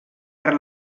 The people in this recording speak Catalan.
per